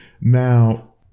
Now